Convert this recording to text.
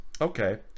okay